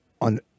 on